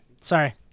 Sorry